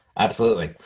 absolutely.